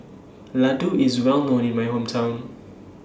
Ladoo IS Well known in My Hometown